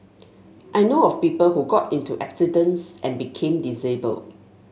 I know of people who got into accidents and became disabled